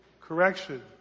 correction